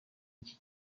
icyo